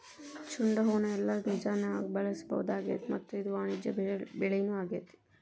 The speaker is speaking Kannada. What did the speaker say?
ಚಂಡುಹೂನ ಎಲ್ಲಾ ಸಿಜನ್ಯಾಗು ಬೆಳಿಸಬಹುದಾಗೇತಿ ಮತ್ತ ಇದು ವಾಣಿಜ್ಯ ಬೆಳಿನೂ ಆಗೇತಿ